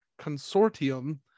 Consortium